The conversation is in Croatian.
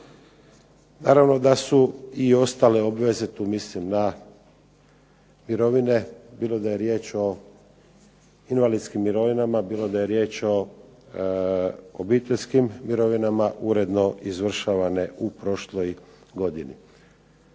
Naravno da su i ostale obveze tu mislim na mirovine, bilo da je riječ o invalidskim mirovina, bilo da je riječ o obiteljskim mirovinama uredno izvršavane u prošloj godini.